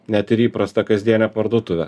net ir į įprastą kasdienę parduotuvę